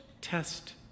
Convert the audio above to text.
test